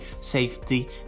safety